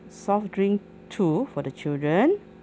soft drink two for the children